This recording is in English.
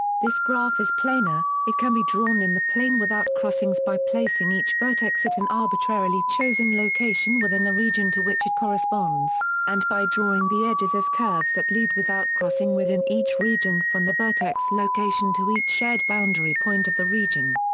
this graph is planar it can be drawn in the plane without crossings by placing each vertex at an arbitrarily chosen location within the region to which it corresponds, and by drawing the edges as curves that lead without crossing within each region from the vertex location to each shared boundary point of the region.